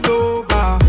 over